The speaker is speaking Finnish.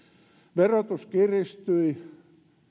verotus kiristyi